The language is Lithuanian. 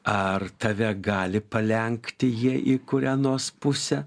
ar tave gali palenkti jie į kurią nors pusę